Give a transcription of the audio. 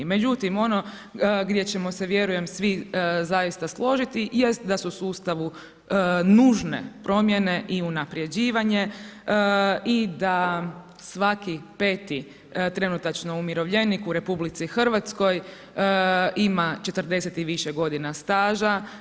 Međutim, ono gdje ćemo se vjerujem svi zaista složiti, jest da su sustavu nužne promjene i unaprjeđivanje i da svaki 5 trenutačno umirovljenik u RH ima 40 i više godina staža.